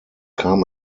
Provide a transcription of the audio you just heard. kam